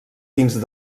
dins